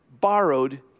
borrowed